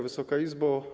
Wysoka Izbo!